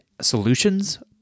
solutions